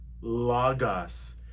logos